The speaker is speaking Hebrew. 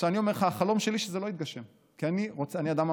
אני אומר לך,